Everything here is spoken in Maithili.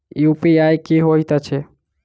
यु.पी.आई की होइत अछि